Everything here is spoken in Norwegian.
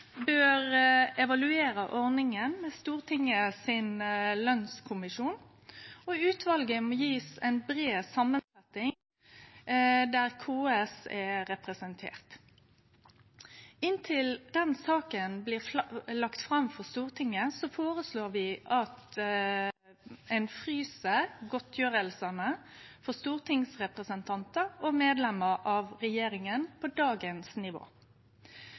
bør evaluere ordninga med Stortingets lønskommisjon, og utvalet må gjevast ei brei samansetjing, der KS er representert. Inntil den saka blir lagd fram for Stortinget, føreslår vi at ein frys godtgjerslene for stortingsrepresentantar og medlemer av regjeringa på dagens nivå.